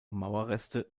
mauerreste